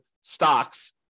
stocks